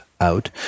out